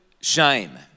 shame